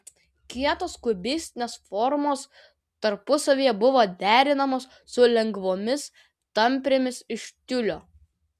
kietos kubistinės formos tarpusavyje buvo derinamos su lengvomis tamprėmis iš tiulio